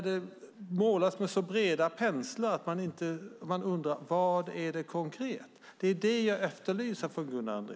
De målas med så breda penslar att man undrar vad de är konkret. Det är det jag efterlyser från Gunnar Andrén.